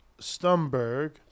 Stumberg